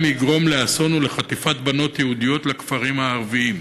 יגרום לאסון ולחטיפת בנות יהודיות לכפרים ערביים.